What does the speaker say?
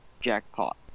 jackpot